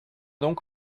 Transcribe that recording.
donc